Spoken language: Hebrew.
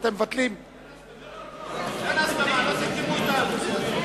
אין הסכמה, לא סיכמו אתנו.